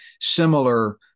similar